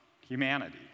humanity